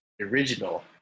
original